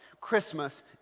Christmas